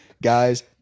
Guys